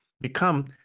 become